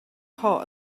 hot